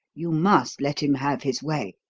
you must let him have his way.